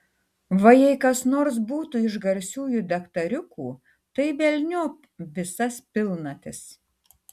va jei kas nors būtų iš garsiųjų daktariukų tai velniop visas pilnatis